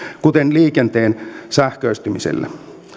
kuten liikenteen sähköistymiselle